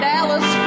Dallas